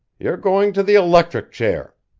you're going to the electric chair!